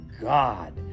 God